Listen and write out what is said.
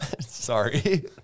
Sorry